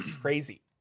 crazy